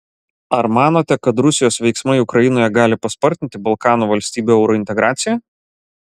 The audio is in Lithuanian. ar manote kad rusijos veiksmai ukrainoje gali paspartinti balkanų valstybių eurointegraciją